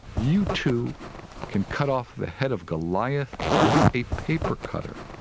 you too can cut off the head of goliath with a paper cutter.